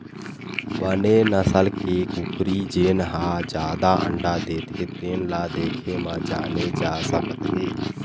बने नसल के कुकरी जेन ह जादा अंडा देथे तेन ल देखे म जाने जा सकत हे